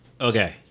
Okay